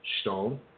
stone